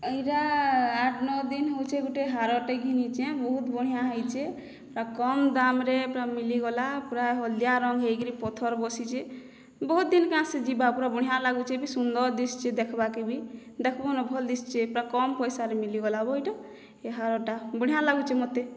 ଏଇରା ଆଠ ନଅ ଦିନ ହେଉଛେ ଗୁଟେ ହାରଟେ ଘିନିଛେ ବହୁତ ବଢ଼ିଆଁ ଛେଇଛେ ପୁରା କମ ଦାମରେ ପୁରା ମିଳିଗଲା ପୁରା ହଳଦିଆ ରଙ୍ଗର ହୋଇକରି ପଥର ବସିଛେ ବହୁତ ଦିନକାଁସେ ଯିବା ପୁରା ବଢ଼ିଆଁ ଲାଗୁଛେ ବି ସୁନ୍ଦର ଦିଶୁଛେ ଦେଖ୍ବାକେ ବି ଦେଖ୍ବୁ ନା ଭଲ ଦିଶୁଛେ ପୁରା କମ ପଇସାରେ ମିଲିଗଲା ଗୋ ଏହିଟା ଏ ହାରଟା ବଢ଼ିଆଁ ଲାଗୁଛେ ମୋତେ